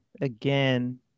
Again